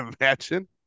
imagine